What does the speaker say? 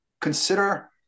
consider